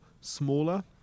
smaller